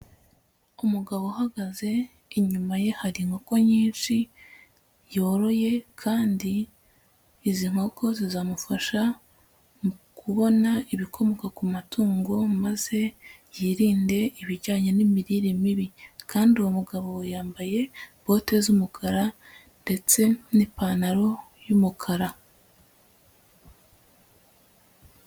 Umugabo uhagaze, inyuma ye hari inkoko nyinshi yoroye kandi izi nkoko zizamufasha mu kubona ibikomoka ku matungo maze yirinde ibijyanye n'imirire mibi kandi uwo mugabo yambaye bote z'umukara ndetse n'ipantaro y'umukara.